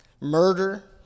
Murder